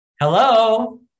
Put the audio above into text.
Hello